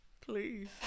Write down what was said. Please